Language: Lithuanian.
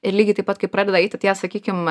ir lygiai taip pat kai pradeda eiti tie sakykim